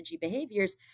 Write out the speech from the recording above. behaviors